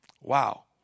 Wow